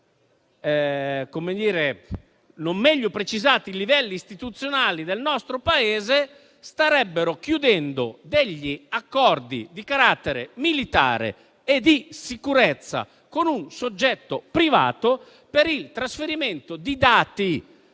che non meglio precisati livelli istituzionali del nostro Paese starebbero chiudendo degli accordi di carattere militare e di sicurezza con un soggetto privato per il trasferimento di dati